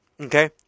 Okay